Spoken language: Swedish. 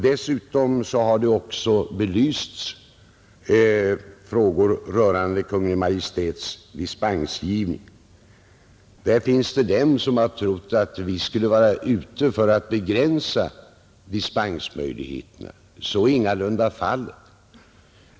Dessutom har belysts frågor rörande Kungl. Maj:ts dispensgivning. Det finns personer som har trott att vi skulle vara ute efter att begränsa dispensmöjligheterna. Så är ingalunda förhållandet.